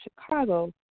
Chicago